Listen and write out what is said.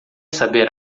saber